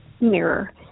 mirror